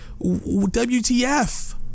WTF